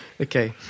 okay